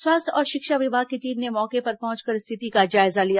स्वास्थ्य और शिक्षा विभाग की टीम ने मौके पर पहुंचकर स्थिति का जायजा लिया